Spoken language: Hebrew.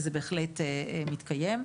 וזה בהחלט מתקיים.